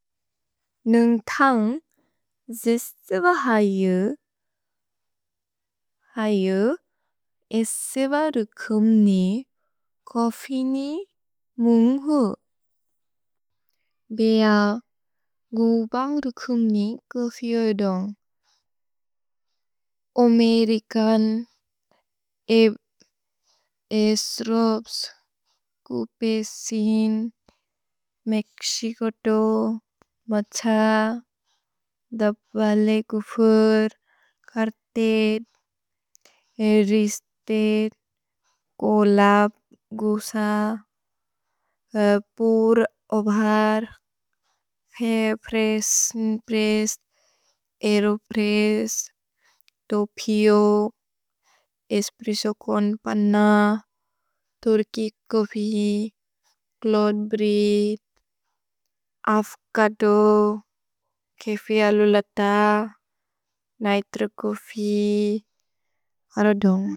नुन्ग् थन्ग्, जिस् सेव हयु। हयु, एस् सेव रुकुम्नि को फिनि मुन्ग् हु। भेअ, न्गुबन्ग् रुकुम्नि को फिओदोन्ग्। ओमेरिकन्, एस् रोब्स् कुपे सिन्। मेक्सिकोतो, मछ। दब्बले कुफुर्, कर्तेत्। रिस्तेत्, कोलप् गुस। Pour, over. हेप्रेस्, न्प्रेस्। एरोप्रेस्, तोपिओ। एस्प्रेसोकोन्, पन्न। Turkish, coffee. Cold brew, affogato. केफिअ, लुलत। Nitro, coffee. हरोदोन्ग्।